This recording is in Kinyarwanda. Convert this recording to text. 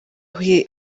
huye